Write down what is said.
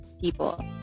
people